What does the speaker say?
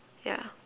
yeah